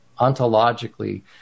ontologically